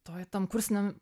toji tam kursiniam